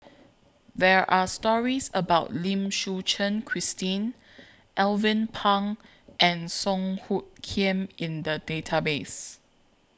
There Are stories about Lim Suchen Christine Alvin Pang and Song Hoot Kiam in The Database